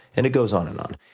and, it goes on and on,